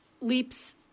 leaps